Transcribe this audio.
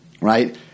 right